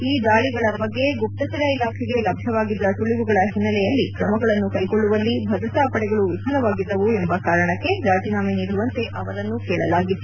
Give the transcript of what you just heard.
ಈ ದಾಳಿಗಳ ಬಗ್ಗೆ ಗುಪ್ತಚರ ಇಲಾಖೆಗೆ ಲಭ್ಯವಾಗಿದ್ದ ಸುಳಿವುಗಳ ಹಿನ್ನೆಲೆಯಲ್ಲಿ ಕ್ರಮಗಳನ್ನು ಕೈಗೊಳ್ಳುವಲ್ಲಿ ಭದ್ರತಾ ಪಡೆಗಳು ವಿಫಲವಾಗಿದ್ದವು ಎಂಬ ಕಾರಣಕ್ಕೆ ರಾಜೀನಾಮೆ ನೀಡುವಂತೆ ಅವರನ್ನು ಕೇಳಲಾಗಿತ್ತು